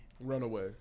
Runaway